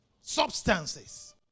substances